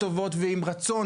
תודה רבה.